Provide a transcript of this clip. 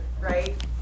right